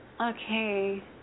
Okay